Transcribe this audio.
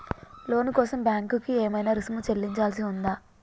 లోను కోసం బ్యాంక్ కి ఏమైనా రుసుము చెల్లించాల్సి ఉందా?